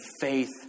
faith